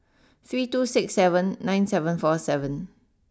three two six seven nine seven four seven